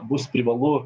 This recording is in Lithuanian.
bus privalu